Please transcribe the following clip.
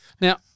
Now